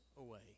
away